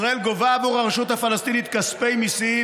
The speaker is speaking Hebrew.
ישראל גובה עבור הרשות הפלסטינית כספי מיסים